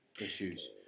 issues